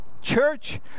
Church